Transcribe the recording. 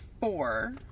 four